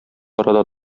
арада